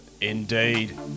indeed